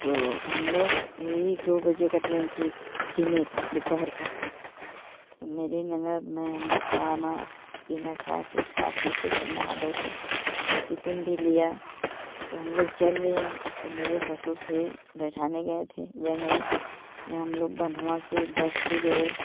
तो हम लोग यही दो बजे का ट्रेन थी दिने का दोपहर का तो मेरी ननद मैं हम लोग खाना पीना खाके खा पी के सब नहा धोके टिफिन भी लिया तो हम लोग चल दिए तो मेरे ससुर थे बैठाने गए थे जंघई यहाँ हम लोग बन्ह्वा से बस से गए